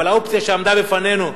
אבל האופציה שעמדה בפנינו,